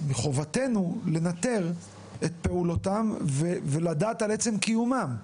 מחובתנו לנטר את פעולותיהם ולדעת על עצם קיומם.